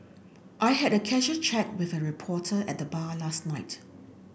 I had a casual chat with a reporter at the bar last night